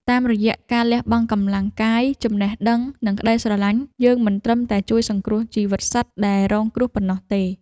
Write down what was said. តាមរយៈការលះបង់កម្លាំងកាយ ចំណេះដឹង និងក្តីស្រឡាញ់ យើងមិនត្រឹមតែជួយសង្គ្រោះជីវិតសត្វដែលរងគ្រោះប៉ុណ្ណោះទេ។